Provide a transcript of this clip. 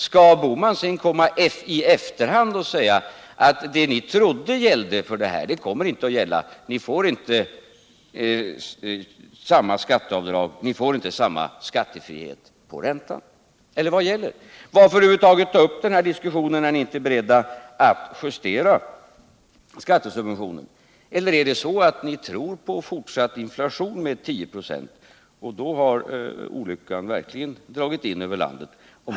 Skall herr Bohman komma i efterhand och säga att det ni trodde gällde kommer inte att gälla, ni får inte samma skattefrihet på räntan? Vad gäller? Varför över huvud taget ta upp den här diskussionen, när ni inte är beredda att justera skattesubventionen — eller tror ni på fortsatt inflation med 10 26? Då har olyckan verkligen dragit in över landet.